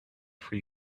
free